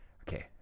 Okay